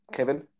Kevin